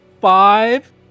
five